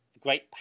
great